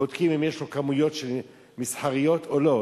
בודקים אם יש לו כמויות מסחריות או לא,